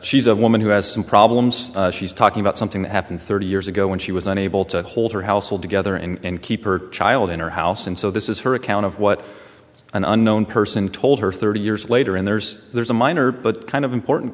she's a woman who has some problems she's talking about something that happened thirty years ago when she was unable to hold her household together and keep her child in her house and so this is her account of what an unknown person told her thirty years later and there's there's a minor but kind of important